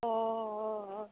অ'